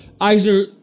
Iser